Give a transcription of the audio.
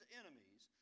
enemies